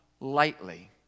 lightly